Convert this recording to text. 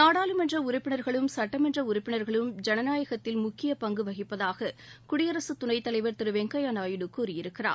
நாடாளுமன்ற உறுப்பினர்களும் சட்டமன்ற உறுப்பினர்களும் ஜனநாயகத்தில் முக்கிய பங்கு வகிப்பதாக குடியரசுத் துணைத்தலைவர் திரு வெங்கையா நாயுடு கூறியிருக்கிறார்